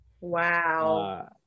Wow